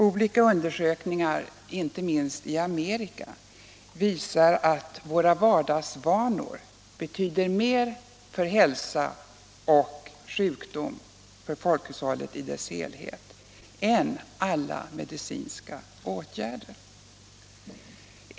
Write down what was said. Olika undersökningar, inte minst i Amerika, visar att våra vardagsvanor betyder mer för hälsa och sjukdom för folkhushållet i dess helhet än olika medicinska åtgärder.